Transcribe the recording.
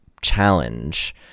challenge